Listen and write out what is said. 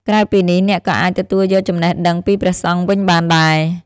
ក្រៅពីនេះអ្នកក៏អាចទទួលយកចំណេះដឹងពីព្រះសង្ឃវិញបានដែរ។